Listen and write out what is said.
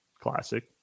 Classic